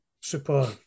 super